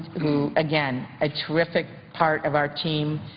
again a terrific part of our team,